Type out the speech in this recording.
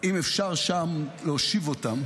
אם אפשר שם להושיב אותם.